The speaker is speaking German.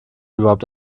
überhaupt